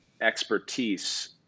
expertise